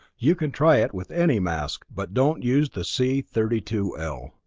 you can try it with any mask but don't use the c thirty two l.